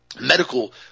medical